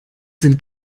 sind